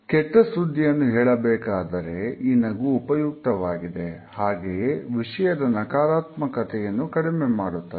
ಕೆಟ್ಟ ಸುದ್ದಿಯನ್ನು ಹೇಳಬೇಕಾದರೆ ಈ ನಗು ಉಪಯುಕ್ತವಾಗಿದೆ ಹಾಗೆಯೇ ವಿಷಯದ ನಕಾರಾತ್ಮಕತೆಯನ್ನು ಕಡಿಮೆಮಾಡುತ್ತದೆ